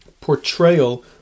portrayal